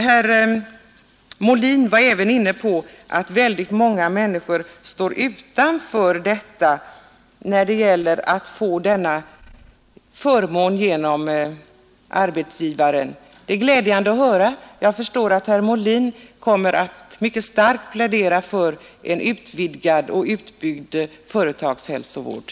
Herr Molin var även inne på att många människor står utanför möjligheten att få denna förmån genom arbetsgivaren. Det är bra att herr Nr 132 Molin påpekar detta. Jag förstår att herr Molin mycket starkt kommer att Onsdagen den